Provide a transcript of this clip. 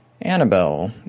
Annabelle